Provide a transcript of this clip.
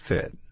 Fit